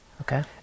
Okay